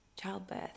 childbirth